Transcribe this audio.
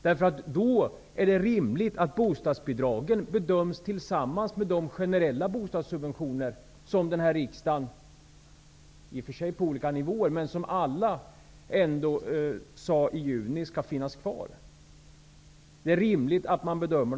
Det är då rimligt att bostadsbidragen bedöms tillsammans med de generella bostadssubventioner som riksdagen i juni sade skall finnas kvar -- låt vara på olika nivåer.